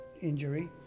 injury